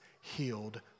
healed